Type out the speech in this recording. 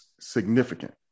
significant